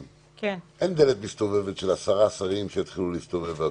אין דלת מסתובבת של עשרה שרים שיתחילו להסתובב.